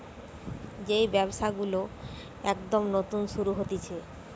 যেই ব্যবসা গুলো একদম নতুন শুরু হতিছে